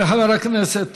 לחבר הכנסת